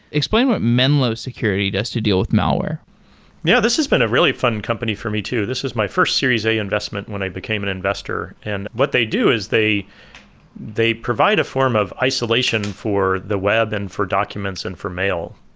explain what menlo security does to deal with malware yeah, this has been a really fun company for me too. this is my first series a investment when i became an investor. and what they do is they they provide a form of isolation for the web and for documents and for mail.